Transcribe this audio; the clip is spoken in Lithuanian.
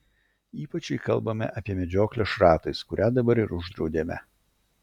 ypač jei kalbame apie medžioklę šratais kurią dabar ir uždraudėme